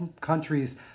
countries